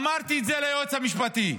אמרתי את זה ליועץ המשפטי: